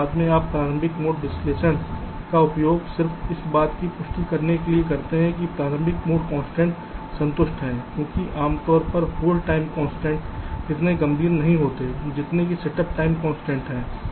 और बाद में आप प्रारंभिक मोड विश्लेषण का उपयोग सिर्फ इस बात की पुष्टि करने के लिए करते हैं कि प्रारंभिक मोड कन्सट्रैन्ट संतुष्ट हैं क्योंकि आमतौर पर होल्ड टाइम कन्सट्रैन्ट इतने गंभीर नहीं होते जितने की सेटअप टाइम कन्सट्रैन्ट हैं